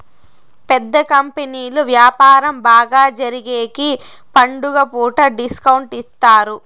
పెద్ద కంపెనీలు వ్యాపారం బాగా జరిగేగికి పండుగ పూట డిస్కౌంట్ ఇత్తారు